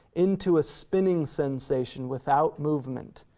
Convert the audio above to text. into a spinning sensation without movement.